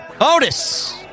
Otis